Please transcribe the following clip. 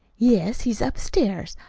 yes, he's upstairs.